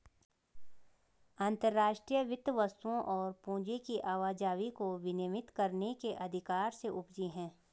अंतर्राष्ट्रीय वित्त वस्तुओं और पूंजी की आवाजाही को विनियमित करने के अधिकार से उपजी हैं